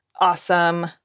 awesome